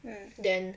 mm